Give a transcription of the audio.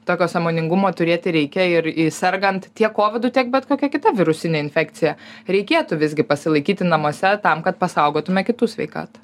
tokio sąmoningumo turėti reikia ir sergant tiek kovidu tiek bet kokia kita virusine infekcija reikėtų visgi pasilaikyti namuose tam kad pasaugotume kitų sveikatą